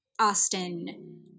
Austin